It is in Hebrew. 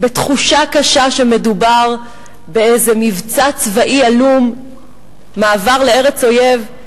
בתחושה קשה שמדובר באיזה מבצע צבאי עלום בארץ אויב.